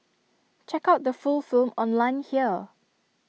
check out the full film online here